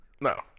No